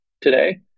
today